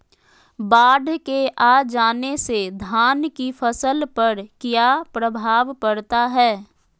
बाढ़ के आ जाने से धान की फसल पर किया प्रभाव पड़ता है?